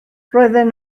roedden